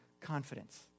confidence